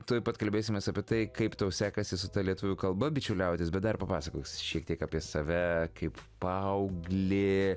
tuoj pat kalbėsimės apie tai kaip tau sekasi su ta lietuvių kalba bičiuliautis bet dar papasakok šiek tiek apie save kaip paauglį